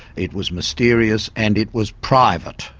it was mysterious and it was private.